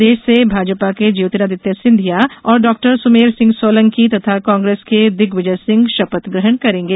प्रदेष से भाजपा के ज्योतिरादित्य सिंधिया और डॉक्टर सुमेर सिंह सोलंकी तथा कांग्रेस के दिग्विजय सिंह षपथ ग्रहण करेंगे